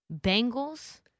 Bengals